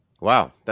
Wow